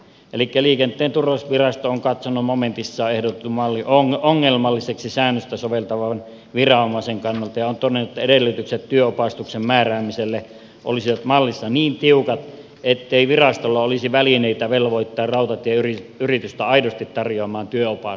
liikenteen turvallisuusvirasto on katsonut momentissa ehdotetun mallin ongelmalliseksi säännöstä soveltavan viranomaisen kannalta ja on todennut että edellytykset työnopastukseen määräämiselle olisivat mallissa niin tiukat ettei virastolla olisi välineitä velvoittaa rautatieyritystä aidosti tarjoamaan työnopastusta